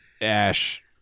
Ash